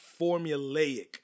formulaic